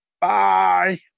Bye